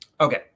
okay